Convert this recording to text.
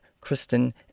Kristen